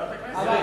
ועדת הכנסת.